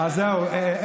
אז זהו,